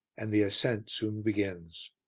and the ascent soon begins.